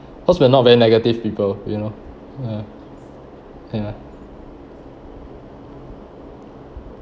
cause we're not very negative people you know ya ya